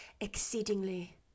exceedingly